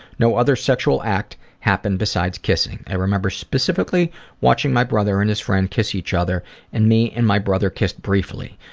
no other sexual act happened besides kissing. i remember specifically watching my brother and his friend kiss each other and me and my brother kissed briefly.